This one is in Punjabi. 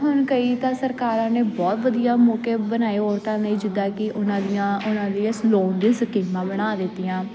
ਹੁਣ ਕਈ ਤਾਂ ਸਰਕਾਰਾਂ ਨੇ ਬਹੁਤ ਵਧੀਆ ਮੌਕੇ ਬਣਾਏ ਔਰਤਾਂ ਲਈ ਜਿੱਦਾਂ ਕਿ ਉਹਨਾਂ ਦੀਆਂ ਉਹਨਾਂ ਦੀ ਇਸ ਲੋਨ ਦੇ ਸਕੀਮਾਂ ਬਣਾ ਦਿੱਤੀਆਂ